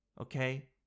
Okay